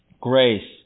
grace